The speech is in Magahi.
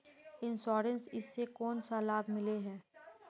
इंश्योरेंस इस से कोन सा लाभ मिले है?